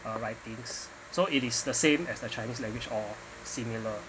uh writings so it is the same as the chinese language or similar